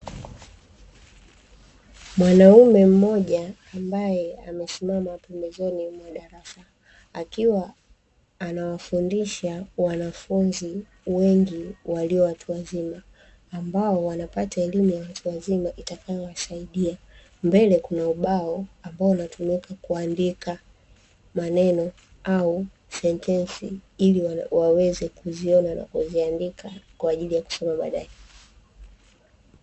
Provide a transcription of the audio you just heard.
Mwanaume mmoja, ambaye amesimama pembezoni mwa darasa, akiwa anawafundisha wanafunzi wengi walio watu wazima, ambao wanapata elimu ya watu wazima itakayowasaidia. Mbele kuna ubao ambao unatumika kuandika maneno au sentesi ili waweze kuziona na kuziandika kwa ajili ya kusoma baadaye.